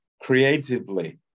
creatively